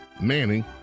manning